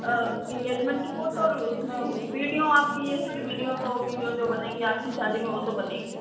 engagement की photo उसमें होगी विडिओ आपकी ये है कि वीडियो तो वीडियो तो जो बनेंगी आपकी शादी में वो तो बनेंगी